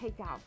takeout